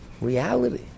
reality